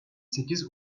sekiz